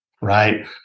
right